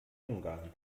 ungarn